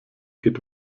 geht